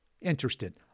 interested